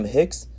Hicks